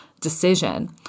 decision